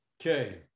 Okay